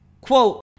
quote